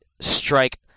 strike